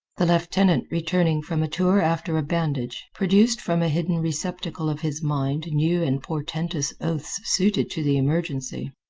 the lieutenant, returning from a tour after a bandage, produced from a hidden receptacle of his mind new and portentous oaths suited to the emergency.